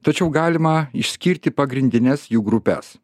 tačiau galima išskirti pagrindines jų grupes